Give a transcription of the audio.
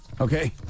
Okay